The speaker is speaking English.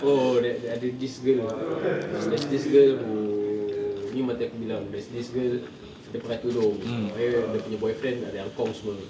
oh that ada this girl ah there's this girl who ni mata air aku bilang there's this girl dia pakai tudung abeh dia nya boyfriend ada angkong semua